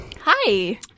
Hi